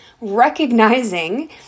recognizing